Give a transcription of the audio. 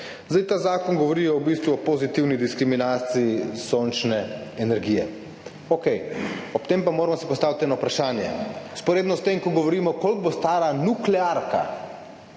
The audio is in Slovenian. Ta zakon govori v bistvu o pozitivni diskriminaciji sončne energije, okej, ob tem pa si moramo postaviti eno vprašanje. Vzporedno s tem, ko govorimo, koliko bo stala nuklearka,